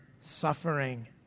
suffering